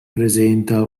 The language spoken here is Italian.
presenta